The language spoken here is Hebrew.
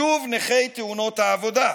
שוב נכי תאונות העבודה.